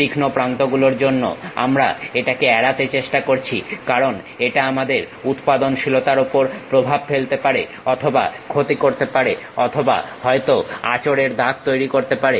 তীক্ষ্ণ প্রান্তগুলোর জন্য আমরা এটাকে এড়াতে চেষ্টা করি কারণ এটা আমাদের উৎপাদনশীলতার ওপর প্রভাব ফেলতে পারে অথবা ক্ষতি করতে পারে অথবা হয়তো আঁচড়ের দাগ তৈরি হতে পারে